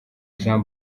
jean